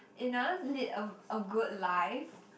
in order to lead a a good life